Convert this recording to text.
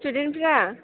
स्टुडेनफ्रा